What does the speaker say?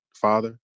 father